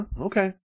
Okay